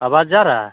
आवाज जा रहा है